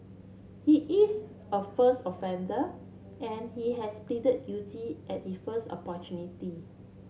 he is a first offender and he has pleaded guilty at the first opportunity